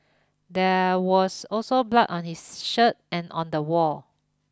there was also blood on his shirt and on the wall